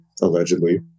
allegedly